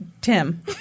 Tim